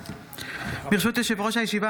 ברשות יושב-ראש הישיבה,